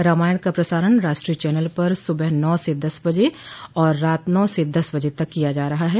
रामायण का प्रसारण राष्ट्रीय चैनल पर सुबह नौ से दस बजे तक और रात नौ से दस बजे तक किया जा रहा है